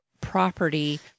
property